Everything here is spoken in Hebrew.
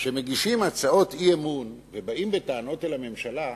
שמגישים הצעות אי-אמון ובאים בטענות לממשלה,